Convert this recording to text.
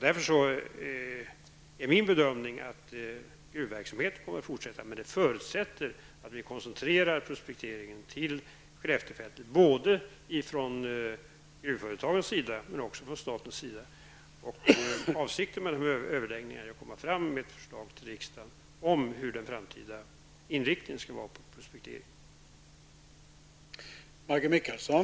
Därför är min bedömning att gruvverksamheten kommer att fortsätta, men detta förutsätter att vi koncentrerar prospekteringen till Skelleftefältet både från gruvföretagens sida och från statens sida. Avsikten med dessa överläggningar är att kunna lägga fram ett förslag för riksdagen om den framtida inriktningen på prospekteringen.